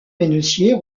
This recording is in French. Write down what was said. mennessier